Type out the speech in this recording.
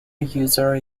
user